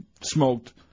smoked